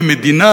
כי מדינה,